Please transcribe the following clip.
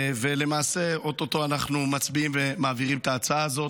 ולמעשה או-טו-טו אנחנו מצביעים ומעבירים את ההצעה הזאת.